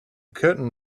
curtain